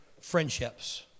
friendships